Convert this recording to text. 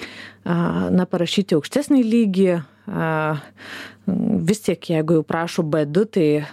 a na parašyti aukštesnį lygį a vis tiek jeigu jau prašo b du tai